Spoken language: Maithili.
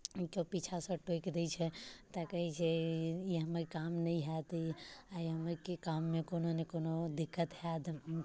कियो पीछाँसँ टोकि दै छै तऽ कहै छै ई हमर काम नहि हैत ई आइ हमर काममे कोनो ने कोनो दिक्कत हएत